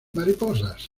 mariposas